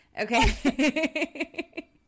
okay